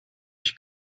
ich